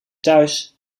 thuis